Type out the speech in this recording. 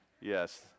Yes